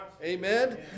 Amen